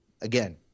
again